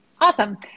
Awesome